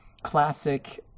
classic